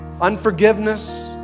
unforgiveness